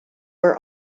are